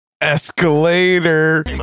Escalator